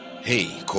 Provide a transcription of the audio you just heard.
hey